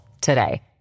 today